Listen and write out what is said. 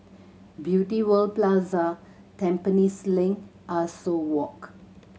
Beauty World Plaza Tampines Link Ah Soo Walk